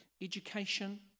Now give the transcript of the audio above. education